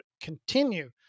continue